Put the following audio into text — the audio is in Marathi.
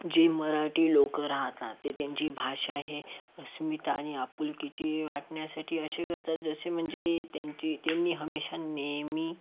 जे मराठी लोक राहतात ते त्यांची भाषा हे अस्मिता आणि आपुलकीची वाटण्यासाठी असे करतात जसे म्हणजे त्यांची त्यांनी हमेशा नेहमी